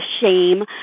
shame